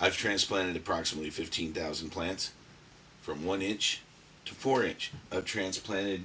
i transplanted approximately fifteen thousand plants from one inch to forage transplanted